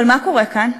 אבל מה קורה כאן?